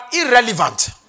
irrelevant